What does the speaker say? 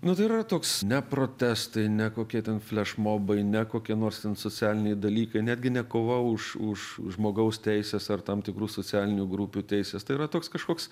na tai yra toks ne protestai ne kokie ten flešmobai ne kokie nors ten socialiniai dalykai netgi ne kova už už už žmogaus teises ar tam tikrų socialinių grupių teises tai yra toks kažkoks